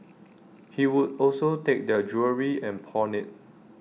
he would also take their jewellery and pawn IT